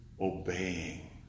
obeying